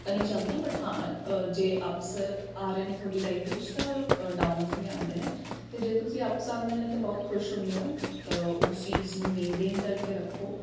ਤਾਂ ਨਹੀਂ ਚੱਲਦੀਆਂ ਬਟ ਹਾਂ ਜੇ ਅਪਸ ਆ ਰਹੇ ਨੇ ਤੁਹਾਡੀ ਲਾਈਫ ਦੇ ਵਿੱਚ ਤਾਂ ਅਡਾਊਨਜ਼ ਵੀ ਆਉਂਦੇ ਨੇ ਅਤੇ ਜੇ ਤੁਸੀਂ ਅਪਸ ਆਉਂਦੇ ਨੇ ਤਾਂ ਬਹੁਤ ਖੁਸ਼ ਹੁੰਦੇ ਹੋ ਉਸ ਚੀਜ਼ ਨੂੰ ਮੇਨਟੇਨ ਕਰਕੇ ਰੱਖੋ